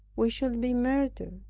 we should be murdered.